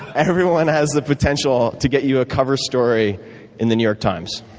everyone has the potential to get you a cover story in the new york times,